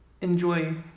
enjoy